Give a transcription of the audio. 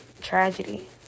tragedy